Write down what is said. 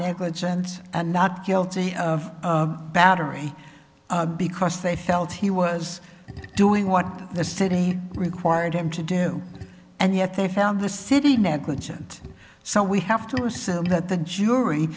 negligent and not guilty of battery because they felt he was doing what the city required him to do and yet they found the city negligent so we have to herself that the jury